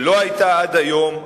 שלא היתה עד היום,